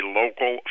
local